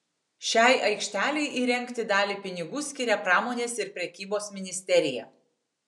šiai aikštelei įrengti dalį pinigų skiria pramonės ir prekybos ministerija